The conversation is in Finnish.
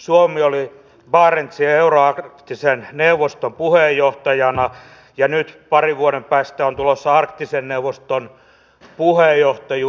suomi oli barentsin euroarktisen neuvoston puheenjohtajana ja nyt parin vuoden päästä on tulossa arktisen neuvoston puheenjohtajuus